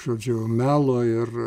žodžiu melo ir